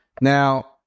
Now